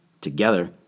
Together